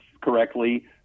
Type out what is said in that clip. correctly